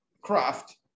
craft